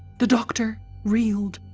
the doctor reeled,